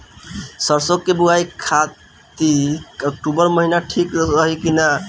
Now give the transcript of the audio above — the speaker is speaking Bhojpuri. सरसों की बुवाई खाती अक्टूबर महीना ठीक रही की ना?